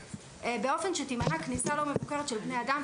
באופן שתימנע כניסה לא מבוקרת של בני אדם,